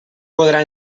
podrà